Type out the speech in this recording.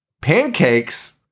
pancakes